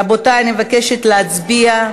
רבותי, אני מבקשת להצביע.